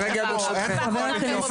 הפך אותם לרובוטים,